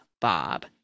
Bob